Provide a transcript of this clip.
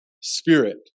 Spirit